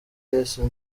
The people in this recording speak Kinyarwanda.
yesu